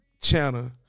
channel